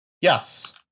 Yes